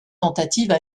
tentatives